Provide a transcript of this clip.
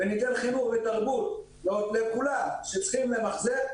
וניתן חינוך ותרבות לכולם שצריכים למחזר,